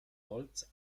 holz